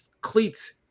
cleats